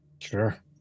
Sure